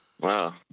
Wow